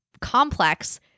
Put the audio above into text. complex